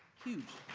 huge.